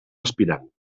aspirant